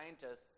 scientists